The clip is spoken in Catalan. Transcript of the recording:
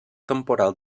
temporal